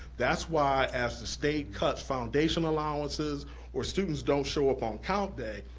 that's why as the state cuts foundation allowances or students don't show up on count day,